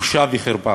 בושה וחרפה.